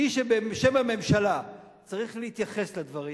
מי שבשם הממשלה צריך להתייחס לדברים